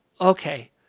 okay